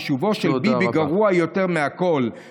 כי שובו של ביבי גרוע יותר מהכול." תודה רבה.